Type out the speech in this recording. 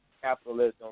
capitalism